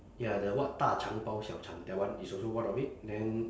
ya the what 大腸包小腸 that one is also one of it then